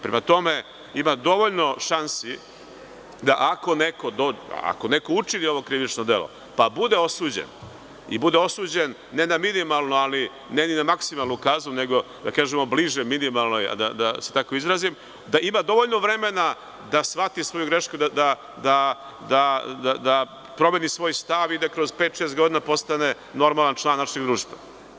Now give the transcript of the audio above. Prema tome, ima dovoljno šansi da, ako neko učini ovo krivično delo, pa bude osuđen i bude osuđen ne na minimalnu, ne ni na maksimalnu kaznu, nego, da kažemo, bliže minimalnoj, da se tako izrazim, da ima dovoljno vremena da shvati svoju grešku, da promeni svoj stav i da kroz pet-šest godina postane normalan član našeg društva.